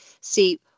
see